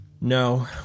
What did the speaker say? No